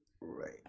right